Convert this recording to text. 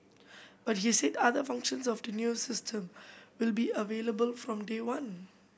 but he said other functions of the new system will be available from day one